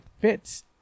fits